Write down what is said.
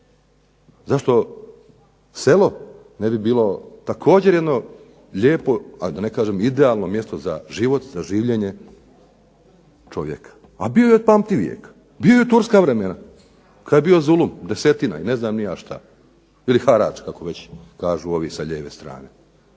Zašto selo ne bi bilo također jedno lijepo, a da ne kažem idealno mjesto za život, za življenje čovjeka. Pa bio je od pamtivijeka, bio je i u turska vremena kada je bio zulum, desetina i ne znam ni ja šta ili harač kako već kažu ovi sa lijeve strane.